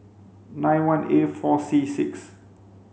nine one A four C six